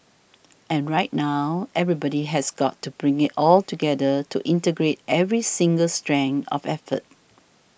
and right now everybody has got to bring it all together to integrate every single strand of effort